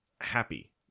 happy